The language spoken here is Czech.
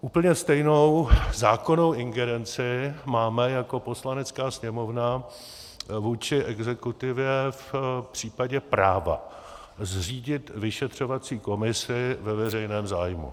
Úplně stejnou zákonnou ingerenci máme jako Poslanecká sněmovna vůči exekutivě v případě práva zřídit vyšetřovací komisi ve veřejném zájmu.